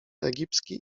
egipski